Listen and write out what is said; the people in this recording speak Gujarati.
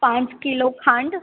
પાંચ કિલો ખાંડ